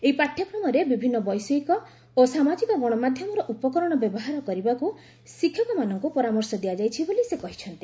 ଏହି ପାଠ୍ୟକ୍ରମରେ ବିଭିନ୍ନ ବୈଷୟିକ ଓ ସାମାଜିକ ଗଣମାଧ୍ୟମର ଉପକରଣ ବ୍ୟବହାର କରିବାକୁ ଶିକ୍ଷକମାନଙ୍କୁ ପରାମର୍ଶ ଦିଆଯାଇଛି ବୋଲି ସେ କହିଛନ୍ତି